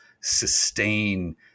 sustain